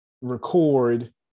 record